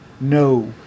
No